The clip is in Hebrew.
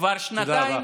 שכבר שנתיים, תודה רבה.